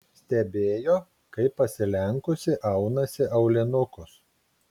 stebėjo kaip pasilenkusi aunasi aulinukus